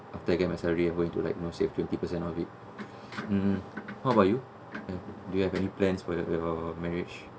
after I get my salary I'm going to like you know save twenty percent of it mm how about you do you have any plans for your marriage